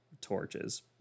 torches